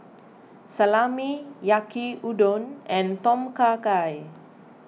Salami Yaki Udon and Tom Kha Gai